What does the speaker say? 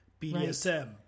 BDSM